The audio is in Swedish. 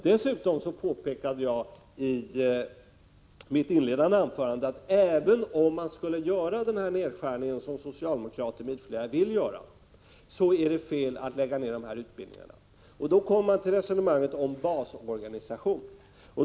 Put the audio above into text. Dessutom påpekade jag i mitt inledande anförande, att även om man skulle göra den nedskärning som socialdemokraterna m.fl. vill göra, är det fel att lägga ned de här utbildningarna. Då kommer man till resonemanget om basorganisation.